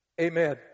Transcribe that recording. Amen